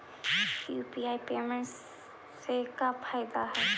UPI payment से का फायदा है?